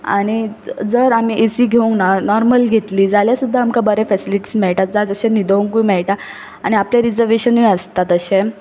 आनी जर आमी ए सी घेवंक ना नॉर्मल घेतली जाल्यार सुद्दां आमकां बरे फेसिलिटीझ मेळटा जा जशें न्हिदोंकूय मेळटा आनी आपले रिजर्वेशनूय आसता तशें